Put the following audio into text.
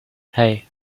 hey